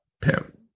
pimp